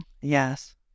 Yes